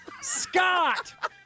Scott